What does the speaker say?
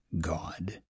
God